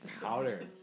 powder